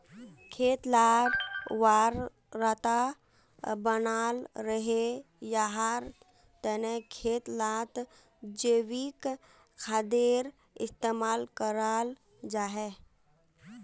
खेत लार उर्वरता बनाल रहे, याहार तने खेत लात जैविक खादेर इस्तेमाल कराल जाहा